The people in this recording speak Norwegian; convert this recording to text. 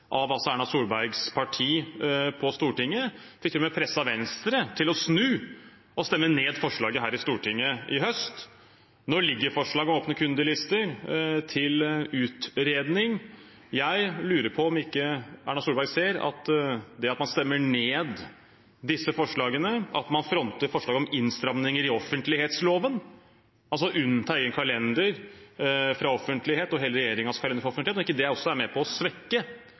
av Erna Solbergs parti på Stortinget. De fikk til og med presset Venstre til å snu og stemme ned forslaget her i Stortinget sist høst. Nå ligger forslaget om å åpne kundelister til utredning. Jeg lurer på om Erna Solberg ikke ser at det at man stemmer ned disse forslagene, at man fronter forslag om innstramninger i offentlighetsloven – altså å unnta en kalender, og hele regjeringens kalender, fra offentlighet – er med på å svekke